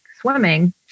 swimming